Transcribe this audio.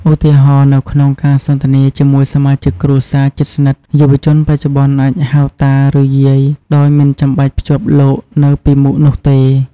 ឧទាហរណ៍ នៅក្នុងការសន្ទនាជាមួយសមាជិកគ្រួសារជិតស្និទ្ធ យុវជនបច្ចុប្បន្នអាចហៅតា ឬយាយ ដោយមិនចាំបាច់ភ្ជាប់លោកនៅពីមុខនោះទេ។